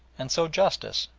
and so justice,